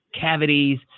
cavities